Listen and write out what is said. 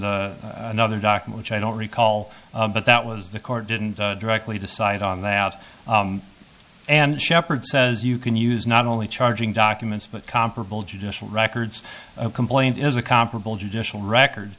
and another doc which i don't recall but that was the court didn't directly decide on that and shepard says you can use not only charging documents but comparable judicial records a complaint is a comparable judicial record